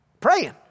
Praying